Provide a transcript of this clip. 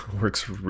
works